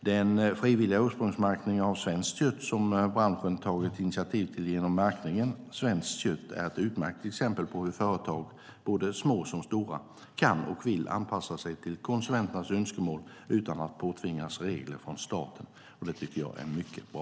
Den frivilliga ursprungsmärkningen av svenskt kött som branschen tagit initiativ till genom märkningen Svenskt kött är ett utmärkt exempel på hur företag, både små och stora, kan och vill anpassa sig till konsumenternas önskemål utan att påtvingas regler från staten. Det tycker jag är mycket bra.